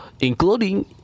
Including